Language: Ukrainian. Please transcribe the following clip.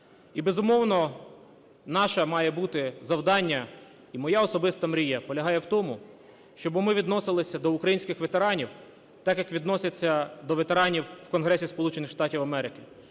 І, безумовно, наше має бути завдання, і моя особиста мрія полягає в тому, щоби ми відносилися до українських ветеранів так, як відносяться до ветеранів в Конгресі